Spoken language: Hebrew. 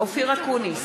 אופיר אקוניס,